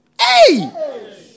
Hey